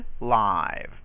live